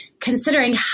considering